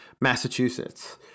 Massachusetts